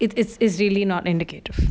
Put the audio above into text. it it's it's really not indicative